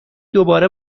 دوباره